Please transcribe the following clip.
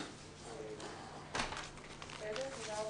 הישיבה נעולה.